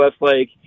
Westlake